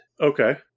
okay